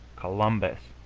columbus,